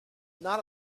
not